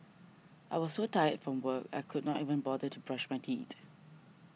I was so tired from work I could not even bother to brush my teeth